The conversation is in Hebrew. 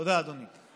תודה, אדוני.